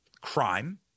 crime